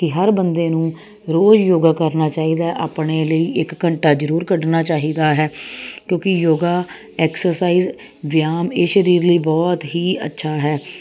ਕਿ ਹਰ ਬੰਦੇ ਨੂੰ ਰੋਜ਼ ਯੋਗਾ ਕਰਨਾ ਚਾਹੀਦਾ ਆਪਣੇ ਲਈ ਇੱਕ ਘੰਟਾ ਜ਼ਰੂਰ ਕੱਢਣਾ ਚਾਹੀਦਾ ਹੈ ਕਿਉਂਕਿ ਯੋਗਾ ਐਕਸਰਸਾਈਜ਼ ਵਿਆਮ ਇਹ ਸਰੀਰ ਲਈ ਬਹੁਤ ਹੀ ਅੱਛਾ ਹੈ